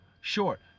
short